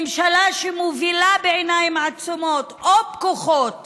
ממשלה שמובילה בעיניים עצומות או פקוחות